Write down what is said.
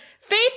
Faith